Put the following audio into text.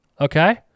okay